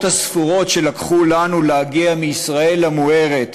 הספורות שנדרשו לנו להגיע מישראל המוארת